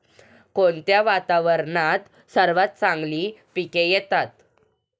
कोणत्या वातावरणात सर्वात चांगली पिके येतात?